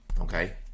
okay